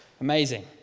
Amazing